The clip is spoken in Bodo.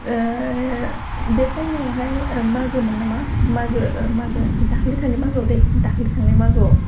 बे टाइमआवहाय माघो मोन नामा माघो माघो दाखालि थांनाय मागोआव दै दाखालि थांनाय मागोआव